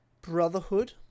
Brotherhood